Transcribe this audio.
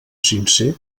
sincer